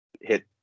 hit